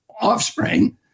offspring